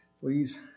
Please